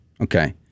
Okay